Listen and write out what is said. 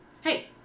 Hey